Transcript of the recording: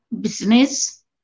business